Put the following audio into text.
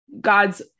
gods